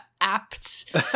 apt